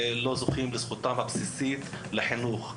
לא זוכים לזכותם הבסיסית לחינוך.